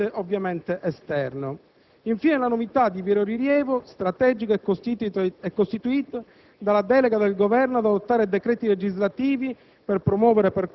più il presidente, ovviamente esterno. Infine, la novità di vero rilievo strategico è costituita dalla delega al Governo ad adottare decreti legislativi